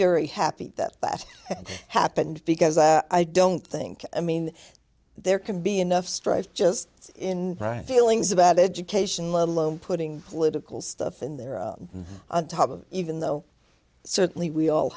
very happy that that happened because i don't think i mean there can be enough strife just in dealings about education let alone putting political stuff in there or a top of even though certainly we all